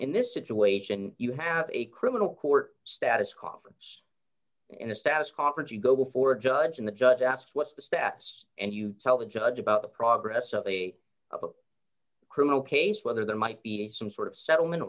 in this situation you have a criminal court status conference and a status conference you go before a judge and the judge asks what's the status and you tell the judge about the progress of a criminal case whether there might be some sort of settlement